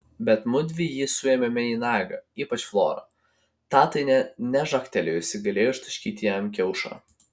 bet mudvi jį suėmėme į nagą ypač flora ta tai nė nežagtelėjusi galėjo ištaškyti jam kiaušą